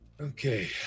Okay